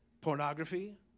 Pornography